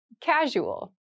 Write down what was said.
Casual